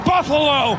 Buffalo